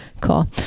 cool